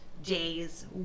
days